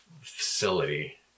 facility